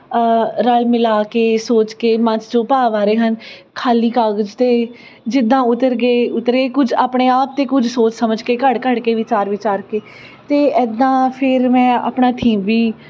ਰਲ ਮਿਲਾ ਕੇ ਸੋਚ ਕੇ ਭਾਵ ਆ ਰਹੇ ਹਨ ਖਾਲੀ ਕਾਗਜ਼ 'ਤੇ ਜਿੱਦਾਂ ਉਤਰ ਗਏ ਉਤਰੇ ਕੁਝ ਆਪਣੇ ਆਪ 'ਤੇ ਕੁਝ ਸੋਚ ਸਮਝ ਕੇ ਘੜ ਘੜ ਕੇ ਵਿਚਾਰ ਵਿਚਾਰ ਕੇ ਅਤੇ ਇੱਦਾਂ ਫਿਰ ਮੈਂ ਆਪਣਾ ਥੀਮ ਵੀ